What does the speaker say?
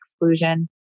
exclusion